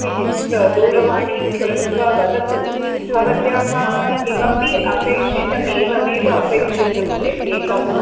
किञ्चित् दूरवाणीं कृत्वा वदतु भवत्याः किमपि अपेक्षितम् एवमेव अपेक्षितं चेत् एकम्